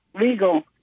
legal